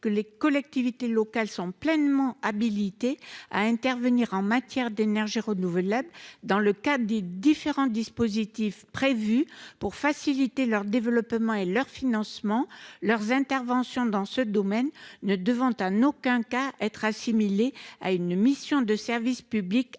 que les collectivités sont pleinement habilitées à intervenir en matière d'énergies renouvelables dans le cadre des différents dispositifs prévus pour faciliter leur développement et leur financement, leurs interventions dans ce domaine ne devant en aucun cas être assimilées à une mission de service public à